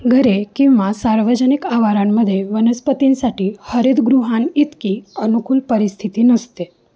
घरे किंवा सार्वजनिक आवारांमध्ये वनस्पतींसाठी हरितगृहांइतकी अनुकूल परिस्थिती नसते